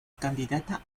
candidata